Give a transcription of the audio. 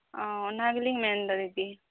ᱚᱻ ᱚᱱᱟᱜᱤᱞᱤᱝ ᱢᱮᱱ ᱮᱫᱟ ᱫᱤᱫᱤ